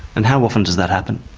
and how often does that happen?